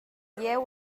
jeu